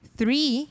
three